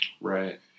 right